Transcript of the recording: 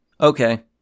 Okay